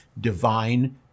divine